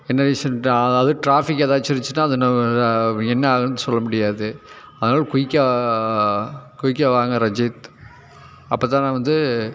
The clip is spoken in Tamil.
என்ன ரீசென்னுட்டு அதாவது டிராஃபிக் ஏதாச்சும் இருந்துச்சுன்னா அது என்ன என்ன ஆகுதுன்னு சொல்ல முடியாது அதனால குயிக்காக குயிக்காக வாங்க ரஞ்சித் அப்போ தான் நான் வந்து